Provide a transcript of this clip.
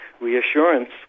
reassurance